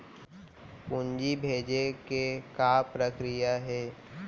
पूंजी भेजे के का प्रक्रिया हे?